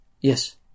Yes